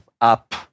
app